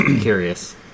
curious